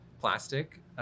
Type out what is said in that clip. plastic